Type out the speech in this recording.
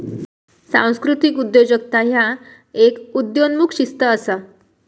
सांस्कृतिक उद्योजकता ह्य एक उदयोन्मुख शिस्त असा